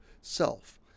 self